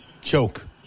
choke